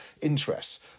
interests